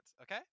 okay